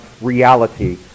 reality